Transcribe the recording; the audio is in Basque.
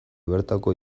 bertako